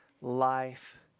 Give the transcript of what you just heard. life